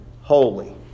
holy